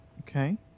okay